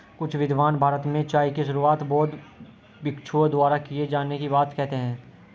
कुछ विद्वान भारत में चाय की शुरुआत बौद्ध भिक्षुओं द्वारा किए जाने की बात कहते हैं